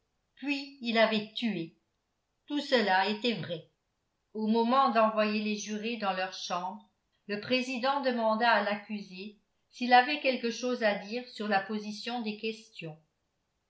puis il avait tué tout cela était vrai au moment d'envoyer les jurés dans leur chambre le président demanda à l'accusé s'il avait quelque chose à dire sur la position des questions